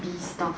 free stuff